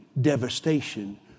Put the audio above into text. devastation